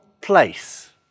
place